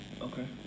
okay